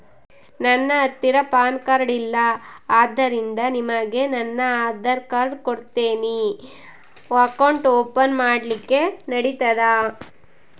ನನ್ನ ಹತ್ತಿರ PAN card ಇಲ್ಲ ಆದ್ದರಿಂದ ನಿಮಗೆ ನನ್ನ ಆಧಾರ್ ಕಾರ್ಡ್ ಕೊಡ್ತೇನಿ ಅಕೌಂಟ್ ಓಪನ್ ಮಾಡ್ಲಿಕ್ಕೆ ನಡಿತದಾ?